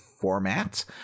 format